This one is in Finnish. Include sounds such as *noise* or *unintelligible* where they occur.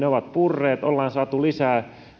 *unintelligible* ovat purreet ollaan saatu lisää